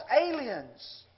aliens